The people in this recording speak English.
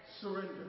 Surrender